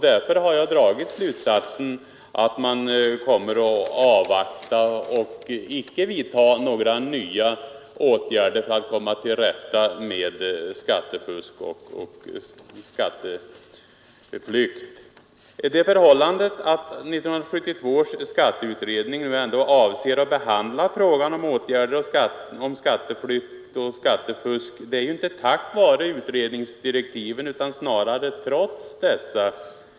Därför har jag dragit slutsatsen att man kommer att avvakta och icke vidta några nya åtgärder för att komma till rätta med skattefusk och skatteflykt. Att 1972 års skatteutredning ändå avser att behandla frågan om åtgärder mot skatteflykt och skattefusk är ju inte tack vare utredningsdirektiven utan snarare trots dessa.